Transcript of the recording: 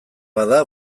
bada